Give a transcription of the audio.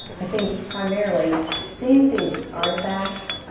i think primarily seeing these artifacts,